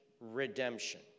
redemption